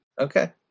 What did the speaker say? Okay